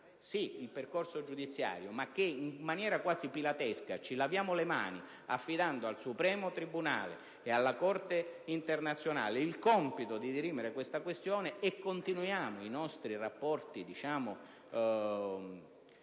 il percorso giudiziario ma che in maniera quasi pilatesca, ci si lavino le mani affidando al Supremo tribunale e alla Corte internazionale il compito di dirimere questa questione continuando i nostri rapporti garbati